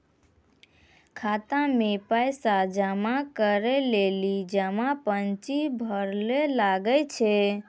खाता मे पैसा जमा करै लेली जमा पर्ची भरैल लागै छै